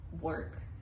work